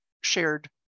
shared